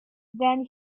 then